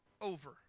over